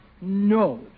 no